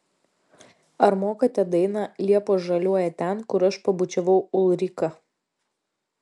ar mokate dainą liepos žaliuoja ten kur aš pabučiavau ulriką